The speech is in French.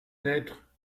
lettre